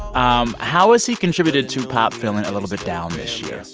um how has he contributed to pop feeling a little bit down this year,